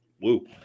Woo